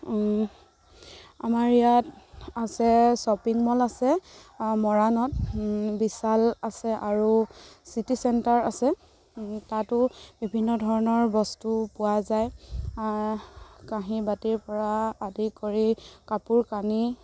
আমাৰ ইয়াত আছে শ্বপিং মল আছে মৰাণত বিশাল আছে আৰু চিটি চেণ্টাৰ আছে তাতো বিভিন্ন ধৰণৰ বস্তু পোৱা যায় কাঁহী বাতিৰ পৰা আদি কৰি কাপোৰ কানি